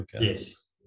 Yes